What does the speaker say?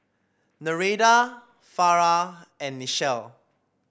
Nereida Farrah and Nichelle